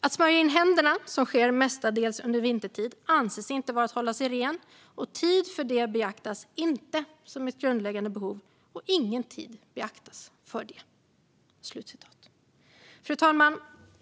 Att smörja in händerna som sker mestadels under vintertid, anses inte vara att hålla sig ren och tid för det beaktas inte som ett grundläggande behov och ingen tid beaktas för det." Fru talman!